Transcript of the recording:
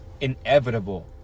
inevitable